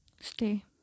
stay